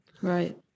Right